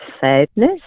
sadness